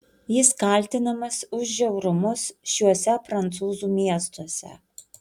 jis kaltinamas už žiaurumus šiuose prancūzų miestuose